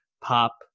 pop